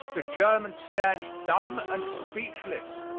the german stands dumb and speechless.